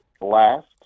last